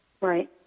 Right